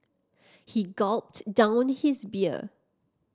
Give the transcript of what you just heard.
he gulped down his beer